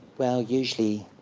well, usually,